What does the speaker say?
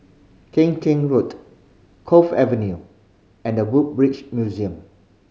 Keng Chin Road Cove Avenue and The Woodbridge Museum